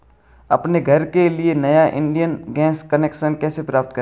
अपने घर के लिए नया इंडियन गैस कनेक्शन कैसे प्राप्त करें?